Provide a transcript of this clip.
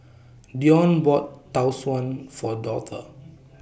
Deon bought Tau Suan For Dortha